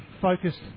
focused